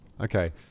Okay